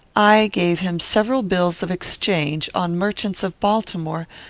i gave him several bills of exchange on merchants of baltimore,